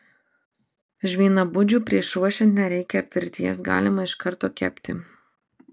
žvynabudžių prieš ruošiant nereikia apvirti jas galima iš karto kepti